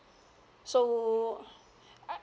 so I